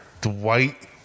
Dwight